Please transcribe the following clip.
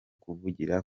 kuvugira